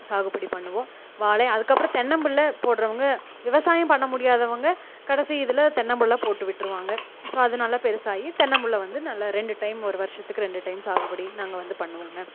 சாகுபடி பண்ணுவோம் வாழை அதுக்கப்புறம் தென்னம்பிள்ள போட்றவங்க விவசாயம் பண்ண முடியாதவங்க கடைசி இதில் தென்னம்பிள்ள போட்டு விட்டுருவாங்க ஸோ அது நல்லா பெருசாகி தென்னம்பிள்ள வந்து நல்லா ரெண்டு டைம் ஒரு வருஷத்துக்கு ரெண்டு டைம் சாகுபடி நாங்கள் வந்து பண்ணுவோம்ங்க